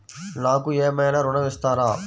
నాకు ఏమైనా ఋణం ఇస్తారా?